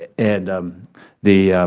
and the